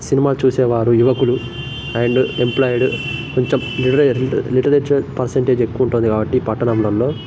cinema చూసేవారు యువకులు and employed కొంచెం మిడిల్ ఏ లిటిలేచు పర్సంటేజ్ ఎక్కువుంటుంది కాబట్టి పట్టణంలలో